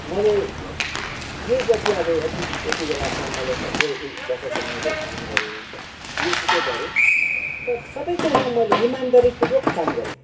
मैले जे जति अब अति यति बेलासम्म मैले यत्रो यी वर्षसम्म मैले काम गरे जेसुकै गरेँ तर सबै कुरामा मैले इमानदारी पूर्वक काम गरेँ